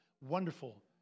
Wonderful